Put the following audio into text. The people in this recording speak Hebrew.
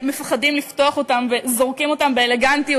הם מפחדים לפתוח אותם וזורקים אותם באלגנטיות